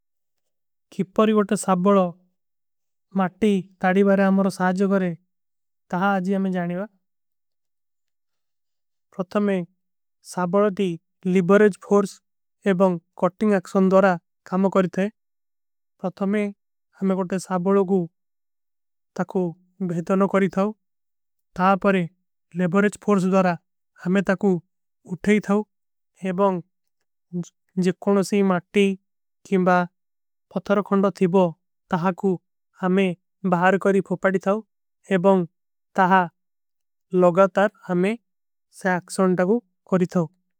କି ପରୀ ଗୋଟେ ସାବଲୋ ମାଟୀ ତାରୀ ବାରେ ଅମରୋ ସହାଜ କରେ ତହାଂ। ଆଜୀ ହମେଂ ଜାନେଵା ପ୍ରତମେ ସାବଲୋ ତୀ ଲିବରେଜ ଫୋର୍ସ ଏବଂଗ କୋଟିଂଗ। ଅକ୍ଶନ ଦୋରା କାମ କରେତେ ହୈଂ ପ୍ରତମେ ହମେଂ ଗୋଟେ ସାବଲୋ କୋ ତକୋ। ଭେତନୋ କରେତାଓ ତହାଂ ପରେ ଲିବରେଜ ଫୋର୍ସ ଦୋରା ହମେଂ ତକୋ ଉଠାଈ। ଥାଓ ଏବଂଗ ଜିକ୍କନୋ ସେ ମାଟୀ କୀମବା। ଫତରଖଂଡ ଥୀବୋ ତହାଂ କୋ ହମେଂ ବହାର କରୀ ଫୋପାଡୀ ଥାଓ। ଏବଂଗ ତହାଂ ଲଗାତର ହମେଂ ସାକ୍ଶନ ତକୋ କରୀ ଥାଓ।